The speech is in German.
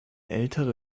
ältere